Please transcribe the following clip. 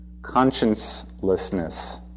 consciencelessness